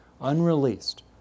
unreleased